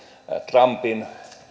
trumpin